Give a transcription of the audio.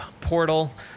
Portal